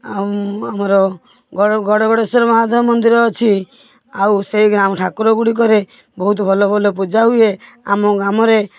ଆଉ ଆମର ଗଡ଼ଗଡ଼େଶ୍ବର ମହାଦେବ ମନ୍ଦିର ଅଛି ଆଉ ସେହି ଗ୍ରାମ ଠାକୁର ଗୁଡ଼ିକରେ ବହୁତ ଭଲ ଭଲ ପୂଜା ହୁଏ ଆମ ଗ୍ରାମରେ